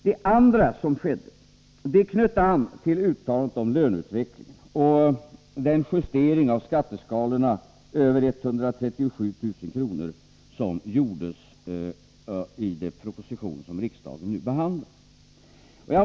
Det andra som skedde knöt an till uttalandet om löneutvecklingen och den justering av skatteskalorna över 137 000 kr. som gjordes i den proposition som riksdagen nu behandlar.